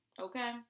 Okay